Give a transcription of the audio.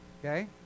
Okay